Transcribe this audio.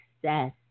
success